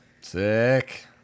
sick